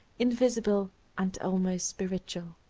invisible and almost spiritual.